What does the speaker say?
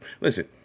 Listen